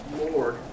Lord